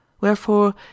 Wherefore